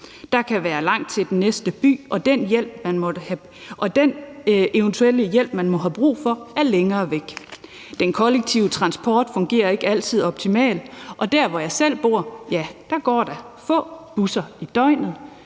Der kan være langt til den næste by, og den hjælp, som man eventuelt måtte have brug for, er længere væk. Den kollektive transport fungerer ikke altid optimalt. Der, hvor jeg selv bor, går der få busser i døgnet,